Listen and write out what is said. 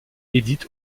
édith